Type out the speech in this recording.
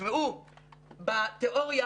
בתיאוריה